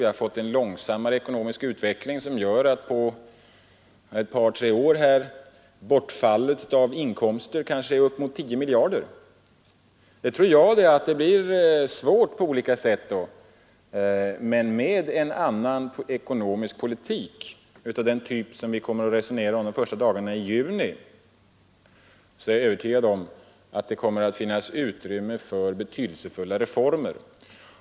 Vi har fått en långsammare ekonomisk utveckling som gör att på ett par tre år bortfallet av inkomster kanske är upp emot 10 miljarder. Det tror jag det, att det då blir svårt på olika sätt, men med en annan ekonomisk politik — av den typ som vi kommer att resonera om i riksdagen de första dagarna i juni — är jag övertygad om att det kommer att finnas utrymme för betydelsefulla reformer.